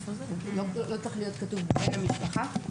לא צריך להיות כתוב בן המשפחה?